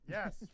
Yes